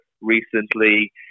recently